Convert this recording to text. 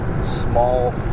small